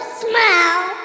smile